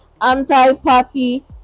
anti-party